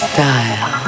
Style